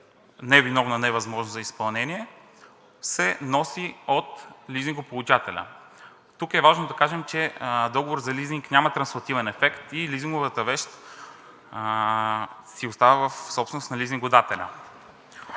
невиновна невъзможност за изпълнение се носи от лизингополучателя. Тук е важно да кажем, че договорът за лизинг няма транслативен ефект и лизинговата вещ си остава в собственост на лизингодателя.